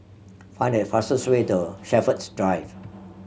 find the fastest way to Shepherds Drive